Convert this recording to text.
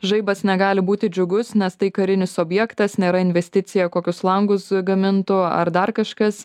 žaibas negali būti džiugus nes tai karinis objektas nėra investicija kokius langus gamintų ar dar kažkas